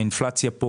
האינפלציה פה,